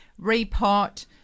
repot